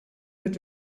would